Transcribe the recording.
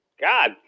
God